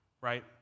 Right